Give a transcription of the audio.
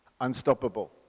Unstoppable